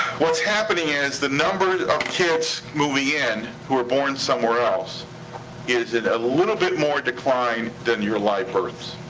what's happening is the number of kids moving in who are born somewhere else is in a little bit more decline than your live births.